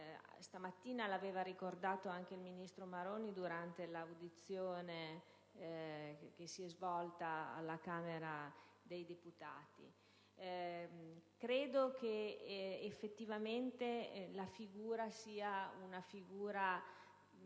Stamattina l'aveva ricordato anche il ministro Maroni durante l'audizione che si è svolta alla Camera dei deputati. Credo che effettivamente la figura sia come